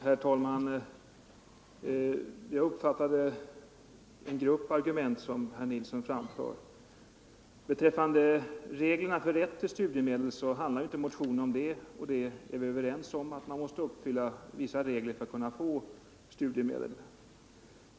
Herr talman! Motionen handlar inte om reglerna för rätt till studiemedel. Vi är överens om att man måste uppfylla vissa förutsättningar för att få studiemedel.